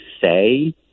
say